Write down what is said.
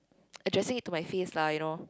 addressing it to my face lah you know